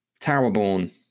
Towerborn